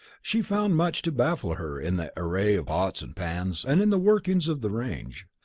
she found much to baffle her in the array of pots and pans, and in the workings of the range.